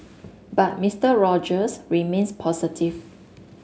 but Mister Rogers remains positive